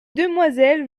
demoiselles